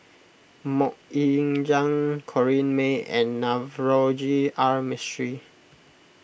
Mok Ying Jang Corrinne May and Navroji R Mistri